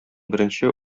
беренче